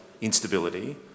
instability